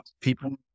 people